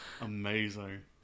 Amazing